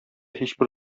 һичбер